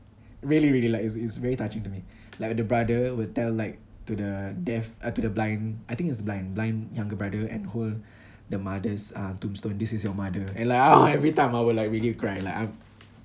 really really like it's it's very touching to me like the brother will tell like to the deaf uh to the blind I think it's blind blind younger brother and hold the mother's uh tombstone this is your mother and like every time I will like really cry like I'm